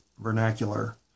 vernacular